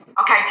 Okay